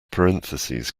parentheses